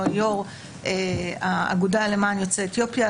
יושבת-ראש האגודה למען יוצאי אתיופיה,